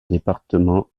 département